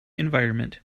environment